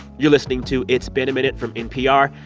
you're listening to it's been a minute from npr.